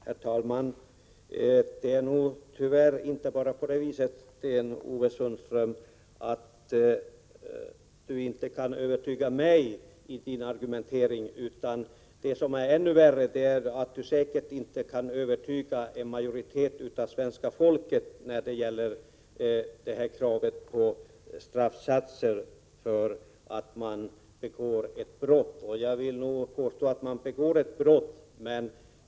Herr talman! Det är tyvärr inte bara på det viset, Sten-Ove Sundström, att ni inte kan övertyga mig genom er argumentering. Det som är ännu värre är att ni säkert inte kan övertyga en majoritet av svenska folket när det gäller det här kravet på straffsatser för ett brott som begås. Och jag vill nog påstå att det är ett brott som man begår.